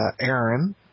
Aaron